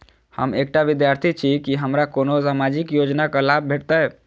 हम एकटा विद्यार्थी छी, की हमरा कोनो सामाजिक योजनाक लाभ भेटतय?